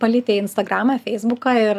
palietei instagramą feisbuką ir